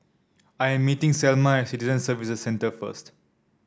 I am meeting Selma Citizen Services Centre first